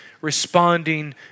responding